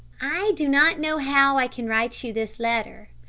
i do not know how i can write you this letter.